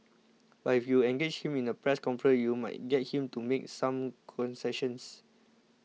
but if you engage him in a press conference you might get him to make some concessions